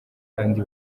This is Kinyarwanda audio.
kandi